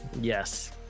yes